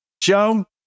Joe